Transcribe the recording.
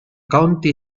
county